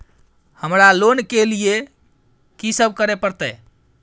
हमरा लोन के लिए की सब करे परतै?